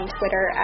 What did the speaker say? Twitter